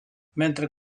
mentre